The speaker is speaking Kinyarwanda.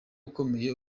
ukomeye